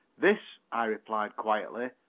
this, i replied quietly,